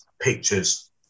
pictures